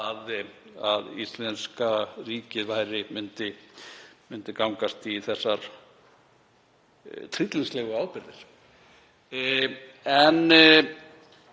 að íslenska ríkið myndi gangast í þessar tryllingslegu ábyrgðir. En